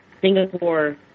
Singapore